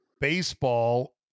Baseball